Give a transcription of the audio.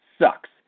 sucks